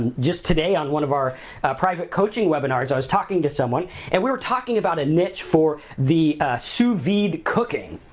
and just today on one of our private coaching webinars, i was talking to someone and we were talking about a niche for the sous vide cooking,